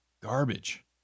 garbage